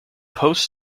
post